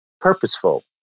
purposeful